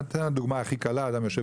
אני אתן דוגמה הכי קלה: אדם יושב